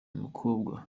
mukobwa